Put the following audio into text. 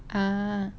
oh